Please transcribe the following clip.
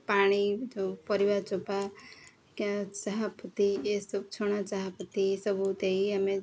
ପାଣି ଦଉ ପରିବା ଚୋପା କି ଚାହାପତି ଏସବୁ ଛଣା ଚାହାପତି ଏସବୁ ଦେଇ ଆମେ